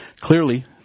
clearly